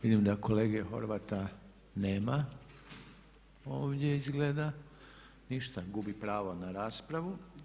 Vidim da kolege Horvata nema ovdje izgleda, ništa gubi pravo na raspravu.